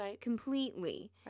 completely